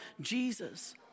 Jesus